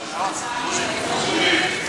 בבקשה, אדוני.